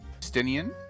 Justinian